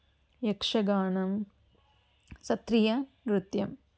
యక్షగానం సత్రియ నృత్యం